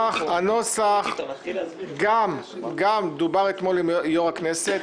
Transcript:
גם דובר אתמול עם יושב-ראש הכנסת,